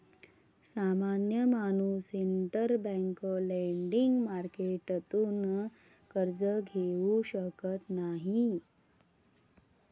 सामान्य माणूस interbank lending मार्केटतून कर्ज घेऊ शकत नाही